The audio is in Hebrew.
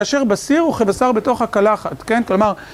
אשר בסיר אוכל בשר בתוך הקלחת, כן? כלומר...